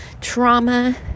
trauma